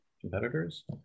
competitors